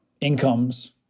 incomes